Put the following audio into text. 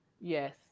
Yes